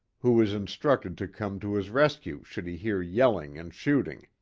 who was instructed to come to his rescue should he hear yelling and shooting.